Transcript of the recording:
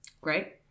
Great